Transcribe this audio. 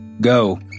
go